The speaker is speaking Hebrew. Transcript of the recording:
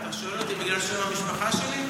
אתה שואל אותי בגלל שם המשפחה שלי?